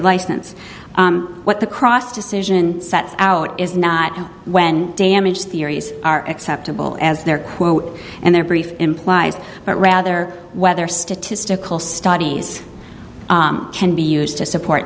license what the cross decision sets out is not when damage the arrays are acceptable as their quote and their brief implies but rather whether statistical studies can be used to support